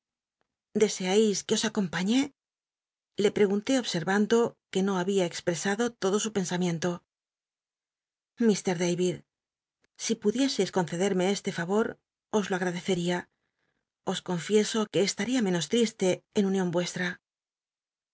c ue os acompañe le pregunté observando que no había exprcsado lodo su pensamiento llr david si pudieseis concederme este fa'or os lo agtadecel'ia os conflcso que cslnl'ia menos triste en union